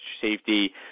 safety